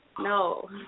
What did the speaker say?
no